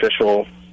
official